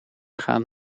gaan